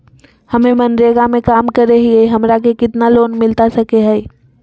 हमे मनरेगा में काम करे हियई, हमरा के कितना लोन मिलता सके हई?